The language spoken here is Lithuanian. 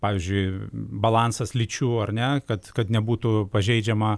pavyzdžiui balansas lyčių ar ne kad kad nebūtų pažeidžiama